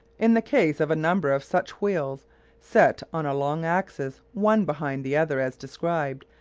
in the case of a number of such wheels set on a long axis, one behind the other as described,